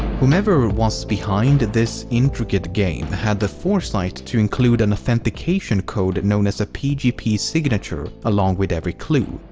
whomever was behind this intricate game had the foresight to include an authentication code known as a pgp signature along with every clue.